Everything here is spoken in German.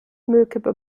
müllkippe